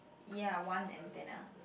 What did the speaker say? ya one antenna